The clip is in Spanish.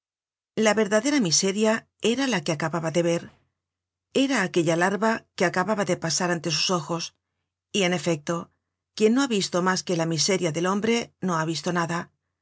la verdadera miseria era la que acababa de ver era aquella larva que acababa de pasar ante sus ojos y en efecto quien no ha visto mas que la miseria del hombre no ha visto nada